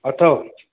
अथव